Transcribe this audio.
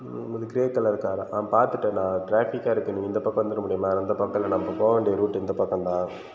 எது grey colour காரா ஆமாம் பார்த்துட்டண்ணா டிராஃபிக்காயிருக்கு நீங்கள் இந்த பக்கம் வந்துட முடியுமா அந்த பக்கம் இல்லைனா நம்ம போக வேண்டிய ரூட் இந்த பக்கம்தான்